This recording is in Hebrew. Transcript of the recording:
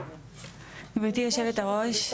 גברתי יושבת- הראש,